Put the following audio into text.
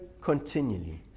continually